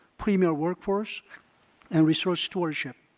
premier workforce and resource stewardship.